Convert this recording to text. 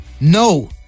no